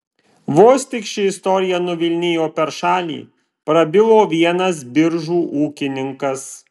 vos tik ši istorija nuvilnijo per šalį prabilo vienas biržų ūkininkas